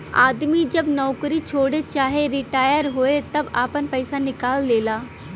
आदमी जब नउकरी छोड़े चाहे रिटाअर होए तब आपन पइसा निकाल लेला